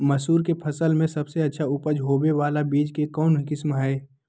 मसूर के फसल में सबसे अच्छा उपज होबे बाला बीज के कौन किस्म हय?